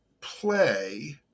Play